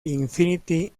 infinity